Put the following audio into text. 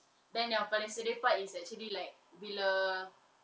then yang paling sedih part is actually like bila